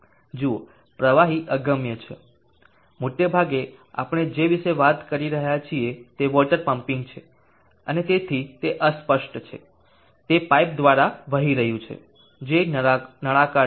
જુઓ પ્રવાહી અગમ્ય છે મોટાભાગે આપણે જે વિશે વાત કરી રહ્યા છીએ તે વોટર પમ્પિંગ છે અને તેથી તે અસ્પષ્ટ છે તે પાઇપ દ્વારા વહી રહ્યું છે જે નળાકાર છે